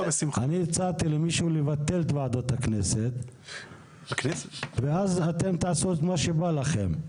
הצעתי למישהו לבטל את ועדות הכנסת ואז אתם תעשו מה שבא לכם.